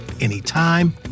anytime